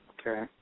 Okay